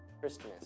Christmas